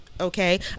Okay